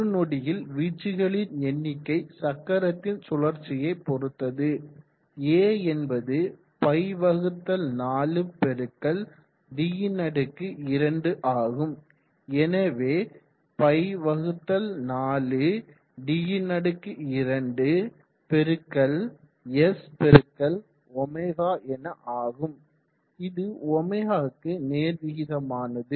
ஒரு நொடியில் வீச்சுகளின் எண்ணிக்கை சக்கரத்தின் சுழற்சியை பொறுத்தது a என்பது π 4 d2 ஆகும் எனவே π 4 d2 × s × ω என ஆகும் இது ω க்கு நேர்விகிதமானது